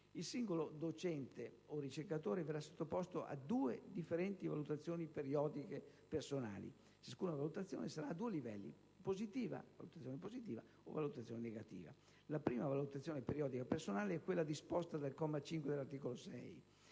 Il singolo docente o ricercatore verrà sottoposto a due differenti valutazioni periodiche personali. Ciascuna valutazione sarà a due livelli, positiva o negativa. La prima valutazione periodica personale è quella disposta dal comma 5 dell'articolo 6